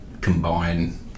combine